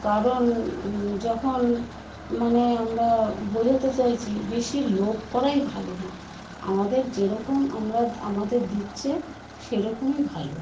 কারণ যখন মানে আমরা বোঝাতে চাইছি বেশি লোভ করাই ভালো না আমাদের যেরকম আমরা আমাদের দিচ্ছে সেরকমই ভালো